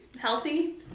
healthy